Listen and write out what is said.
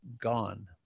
gone